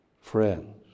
friends